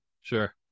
Sure